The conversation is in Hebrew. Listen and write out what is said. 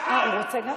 אתה גזען.